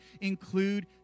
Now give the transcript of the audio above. include